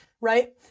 right